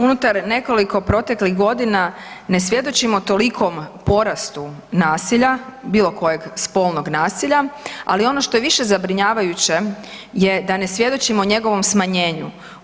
Unutar nekoliko proteklih godina ne svjedočimo tolikom porastu nasilja bilo kojeg spolnog nasilja, ali ono što je više zabrinjavajuće je da ne svjedočimo njegovom smanjenju.